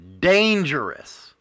dangerous